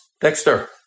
Dexter